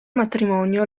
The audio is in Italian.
matrimonio